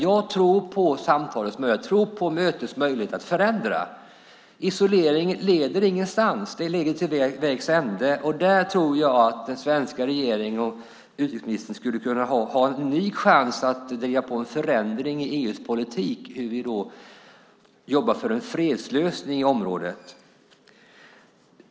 Jag tror på samtalets och på mötets möjligheter att förändra. Isolering leder ingenstans - det leder till vägs ände. Där tror jag att den svenska regeringen och utrikesministern skulle kunna ha en ny chans att driva på en förändring i EU:s politik i fråga om hur vi jobbar för en fredslösning i området.